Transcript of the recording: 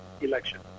election